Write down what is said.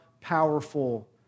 powerful